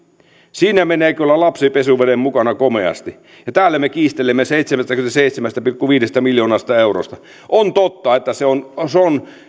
siinä menee kyllä lapsi pesuveden mukana komeasti ja täällä me kiistelemme seitsemästäkymmenestäseitsemästä pilkku viidestä miljoonasta eurosta on totta että se on se on